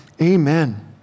Amen